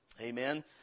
Amen